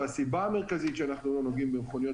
והסיבה המרכזית שאנחנו לא נוגעים במכוניות